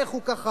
איך הוא ככה,